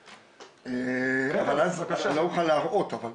מערבה, אתם רואים את הפארק כולו.